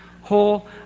whole